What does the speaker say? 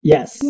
Yes